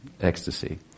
ecstasy